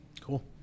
cool